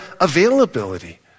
availability